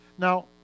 Now